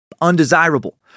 undesirable